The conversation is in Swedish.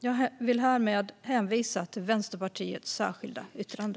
Jag vill härmed hänvisa till Vänsterpartiets särskilda yttrande.